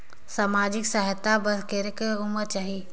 समाजिक सहायता बर करेके उमर चाही?